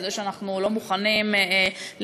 על זה שאנחנו לא מוכנים להתגמש.